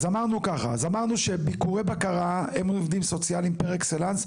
אז אמרנו ככה: אמרנו שביקורי בקרה הם עובדים סוציאליים פר אקסלנס,